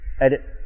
edit